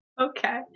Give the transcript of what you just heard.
Okay